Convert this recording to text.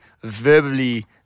verbally